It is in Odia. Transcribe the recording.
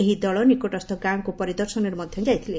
ଏହି ଦଳ ନିକଟସ୍ଛ ଗାଁକୁ ପରିଦର୍ଶନରେ ମଧ୍ଧ ଯାଇଥିଲେ